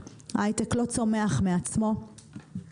הוא צומח על בסיס אקדמיה טובה,